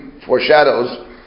foreshadows